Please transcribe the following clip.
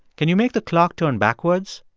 can you make the clock turn backwards?